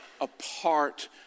apart